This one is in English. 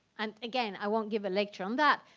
and again i won't give a lecture on that,